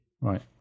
Right